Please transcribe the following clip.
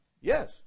Yes